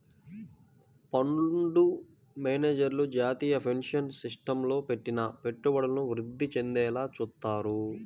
fund మేనేజర్లు జాతీయ pension సిస్టమ్లో పెట్టిన పెట్టుబడులను వృద్ధి చెందేలా చూత్తారు